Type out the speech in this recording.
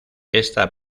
esta